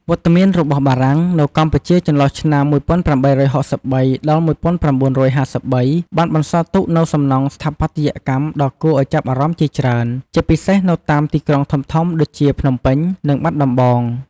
វត្តមានរបស់បារាំងនៅកម្ពុជាចន្លោះឆ្នាំ ១៨៦៣ ដល់ ១៩៥៣ បានបន្សល់ទុកនូវសំណង់ស្ថាបត្យកម្មដ៏គួរឱ្យចាប់អារម្មណ៍ជាច្រើន ជាពិសេសនៅតាមទីក្រុងធំៗដូចជាភ្នំពេញ និងបាត់ដំបង។